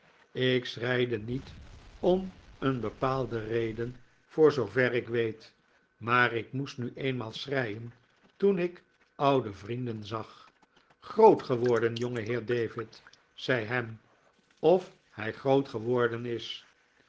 ik schreide niet om een bepaalde reden voor zoover ik weet maar ik moest nu eenmaal schreien toen ik oude vrienden zag groot geworden jongeheer david zei ham of hij groot geworden is